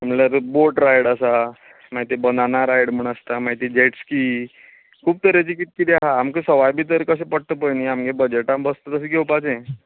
म्हणल्यार boat ride आसा मागीर तें बनाना रायड म्हण आसता मागीर ते जेटस्की खूब तरेचें कितें कितें आसा आमकां सवाय भितर कशें पडटा पळय न्हय आमगें बजेटान बसता तशें घेवपाचे